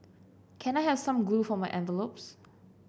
can I have some glue for my envelopes